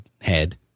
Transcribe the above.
head